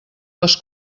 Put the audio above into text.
les